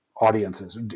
audiences